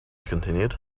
continued